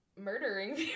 murdering